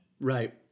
Right